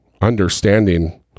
understanding